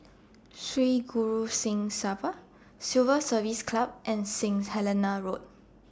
Sri Guru Singh Sabha Civil Service Club and Saint Helena Road